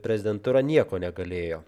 prezidentūra nieko negalėjo